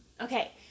Okay